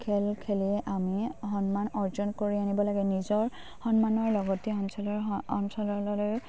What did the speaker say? খেল খেলি আমি সন্মান অৰ্জন কৰি আনিব লাগে নিজৰ সন্মানৰ লগতে অঞ্চলৰ অঞ্চললৈ